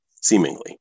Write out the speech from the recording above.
seemingly